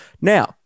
now